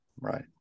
Right